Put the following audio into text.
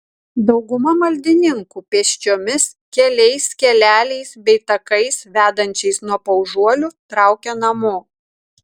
dauguma maldininkų pėsčiomis keliais keleliais bei takais vedančiais nuo paužuolių traukia namo